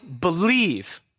believe